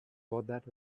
that